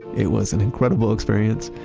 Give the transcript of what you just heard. it was an incredible experience.